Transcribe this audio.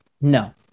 No